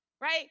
Right